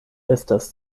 estas